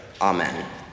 Amen